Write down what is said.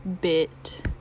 bit